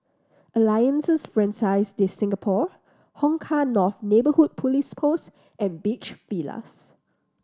Alliances Francaise de Singapour Hong Kah North Neighbourhood Police Post and Beach Villas